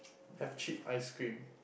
have cheap ice cream